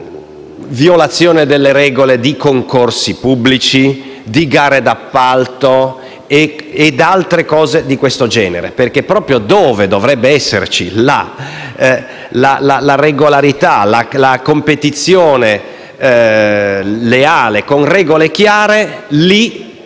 violazione delle regole di concorsi pubblici, di gare di appalto e di altre cose di questo genere perché, proprio dove dovrebbe esserci la regolarità e la competizione leale con regole chiare,